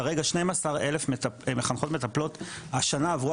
כרגע 12 אלף מחנכות מטפלות השנה עברו